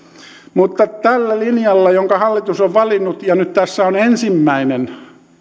mutta tällä linjalla jonka hallitus on valinnut ja nyt tässä on ensimmäinen